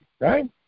Right